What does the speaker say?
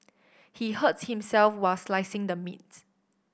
he hurt himself while slicing the meat